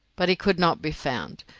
but he could not be found,